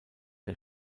der